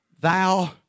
thou